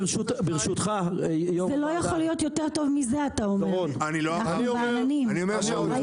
אדם בא לקנות לפני שבועות, משלם עוד